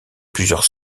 plusieurs